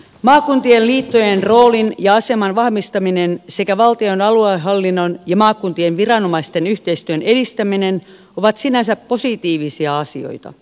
maakuntien liittojen roolin ja aseman vahvistaminen sekä valtion aluehallinnon ja maakuntien viranomaisten yhteistyön edistäminen ovat sinänsä positiivisia asioita